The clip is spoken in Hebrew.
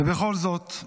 ובכל זאת,